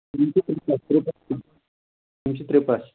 یِم چھِ تِرٛپَس